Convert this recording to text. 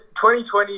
2020